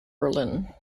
berlin